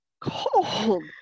cold